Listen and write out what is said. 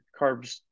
carbs